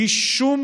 וזה לא